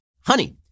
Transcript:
Honey